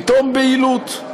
פתאום בהילות.